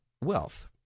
wealth